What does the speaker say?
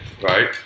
right